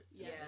Yes